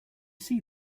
see